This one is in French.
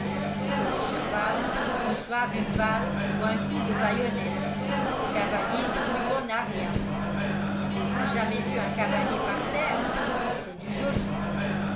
et que le cheval reçoive une balle ou un coup de baïonnette le cavalier n'est plus bon à rien avez-vous jamais vu un cavalier par terre c'est du joli